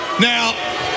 Now